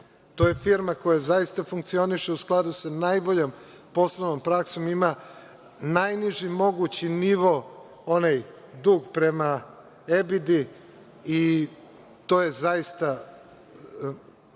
To je firma koja zaista funkcioniše u skladu sa najboljom poslovnom praksom. Ima najniži mogući nivo, onaj dug prema EBD i to je zaista